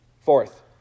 Fourth